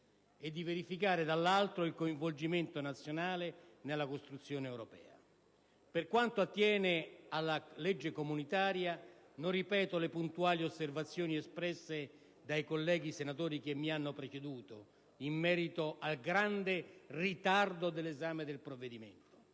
di verificare il coinvolgimento nazionale nella costruzione europea. Per quanto attiene alla legge comunitaria, non ripeto le puntuali osservazioni espresse dai colleghi senatori che mi hanno preceduto in merito al grande ritardo dell'esame del provvedimento.